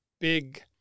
big